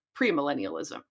premillennialism